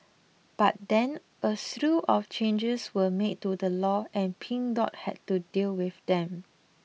but then a slew of changes were made to the law and Pink Dot had to deal with them